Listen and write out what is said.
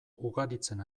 ugaritzen